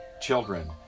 children